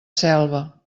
selva